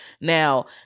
Now